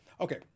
Okay